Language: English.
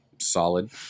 solid